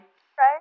Right